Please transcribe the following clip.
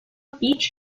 beach